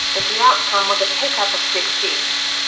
but the outcome was a pickup of six seats.